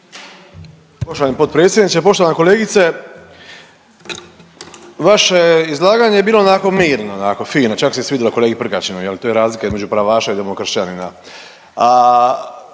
Poštovani potpredsjedniče, poštovana kolegice, vaše izlaganje je bilo onako mirno, onako fino, čak se i svidjelo kolegi Prkačinu, je li, to je razlika između pravaša i demokršćanina,